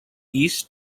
east